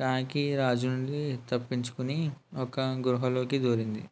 కాకి రాజునుండి తపించుకోని ఒక గృహలోకి దూరింది